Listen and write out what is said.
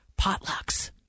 potlucks